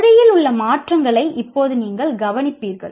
மொழியில் ஏற்படப்போகும் மாற்றங்களை இனிமேல் நீங்கள் கவனிப்பீர்கள்